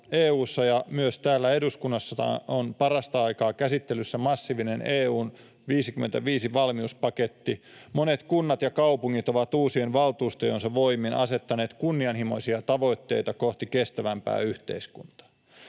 ja myös täällä eduskunnassa on parasta aikaa käsittelyssä massiivinen EU:n 55-valmiuspaketti. Monet kunnat ja kaupungit ovat uusien valtuustojensa voimin asettaneet kunnianhimoisia tavoitteita kohti kestävämpää yhteiskuntaa.